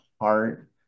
heart